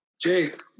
jake